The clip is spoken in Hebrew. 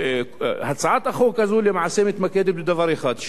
הצעת החוק הזו למעשה מתמקדת בדבר אחד,